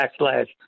backslash